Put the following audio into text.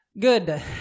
good